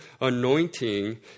anointing